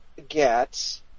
get